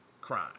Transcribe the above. crime